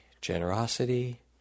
generosity